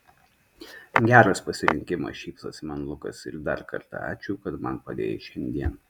geras pasirinkimas šypsosi man lukas ir dar kartą ačiū kad man padėjai šiandien